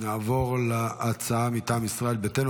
נעבור להצעה מטעם ישראל ביתנו.